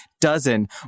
dozen